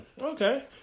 Okay